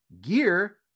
gear